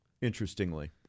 interestingly